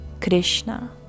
Krishna